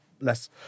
less